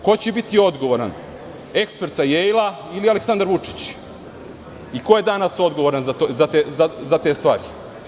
Ko će biti odgovoran, ekspert sa Jejla ili Aleksandar Vučić i ko je danas odgovoran za te stvari?